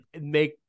make